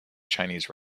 chinese